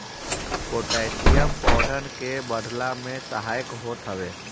potassium पौधन के बढ़ला में सहायक होत हवे